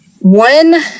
one